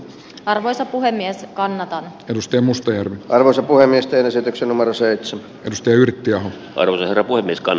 arvoisa puhemies kannata edusti mustonen arvoisa puhemies teen esityksen marseillessa ryhdytty jo arvioida kuin niskan